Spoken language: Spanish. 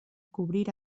cubrir